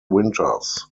winters